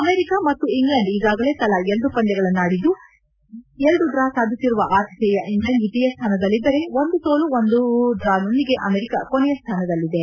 America ಮತ್ತು England ಈಗಾಗಲೇ ತಲಾ ಎರಡು ಪಂದ್ಯಗಳನ್ನಾಡಿದ್ದು ಎರಡು ಡ್ರಾ ಸಾಧಿಸಿರುವ ಆತಿಥೇಯ ಇಂಗ್ಲೆಂಡ್ ದ್ವಿತೀಯ ಸ್ಥಾನದಲ್ಲಿದ್ದರೆ ಒಂದು ಸೋಲು ಮತ್ತು ಒಂದು ಡ್ರಾದೊಂದಿಗೆ ಅಮೆರಿಕ ಕೊನೆಯ ಸ್ಥಾನದಲ್ಲಿದೆ